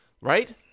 Right